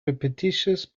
repetitious